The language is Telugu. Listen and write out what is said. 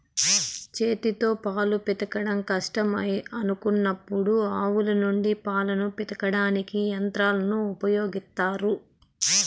చేతితో పాలు పితకడం కష్టం అనుకున్నప్పుడు ఆవుల నుండి పాలను పితకడానికి యంత్రాలను ఉపయోగిత్తారు